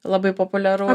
labai populiaru